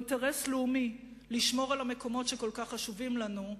ובין האינטרס הלאומי לשמור על המקומות שכל כך חשובים לנו,